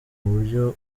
uburyo